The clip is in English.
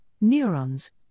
neurons